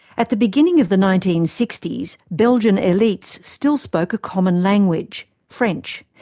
at the beginning of the nineteen sixty s, belgian elites still spoke a common language, french,